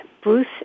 Bruce